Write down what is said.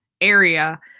area